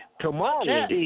Tomorrow